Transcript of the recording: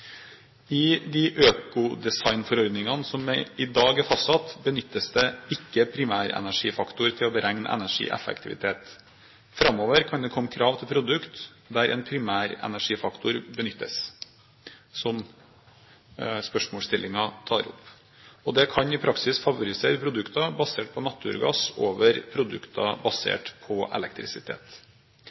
I de økodesignforordningene som i dag er fastsatt, benyttes det ikke primærenergifaktorer til å beregne energieffektivitet. Framover kan det komme krav til produkter der en primærenergifaktor benyttes, som spørsmålsstillingen tar opp. Det kan i praktisk favorisere produkter basert på naturgass over produkter basert på elektrisitet.